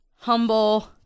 Humble